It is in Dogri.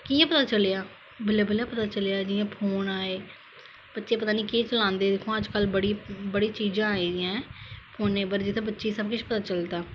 कियां पता चलेआ बल्लें बल्लें पता चलेआ जियां फोन आए बच्चे पता नेई केह् चलांदे जित्थुआं अजकल बड़ी चीजां आई गेदियां ऐ फोने उपर जित्थे बच्चे सब किश पता चलदा